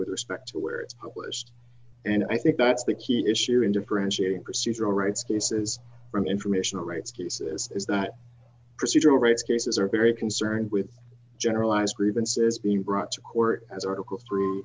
with respect to where it's published and i think that's the key issue in differentiating procedural rights cases from informational rights cases is that procedural rights cases are very concerned with generalized grievances being brought to court as article thr